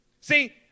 See